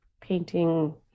painting